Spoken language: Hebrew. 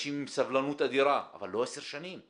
אנשים עם סבלנות אדירה, אבל לא עשר שנים.